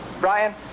Brian